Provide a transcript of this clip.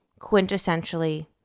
quintessentially